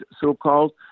so-called